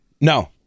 No